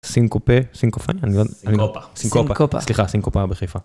סינקופה סינקופניה אני לא יודע סינקופה סליחה סינקופה בחיפה.